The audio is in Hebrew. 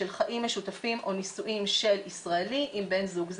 של חיים משותפים או נישואין של ישראלי עם בן זוג זר.